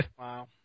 Wow